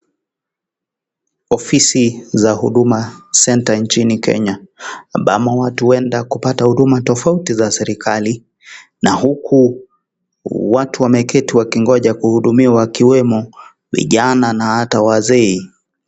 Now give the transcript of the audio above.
Ofisi za huduma center nchini Kenya ambapo watu huenda kupata huduma tofauti za serikari na huku watu wakiwa wanangoja kuhudumiwa wakiwemo vijana na hata wazee.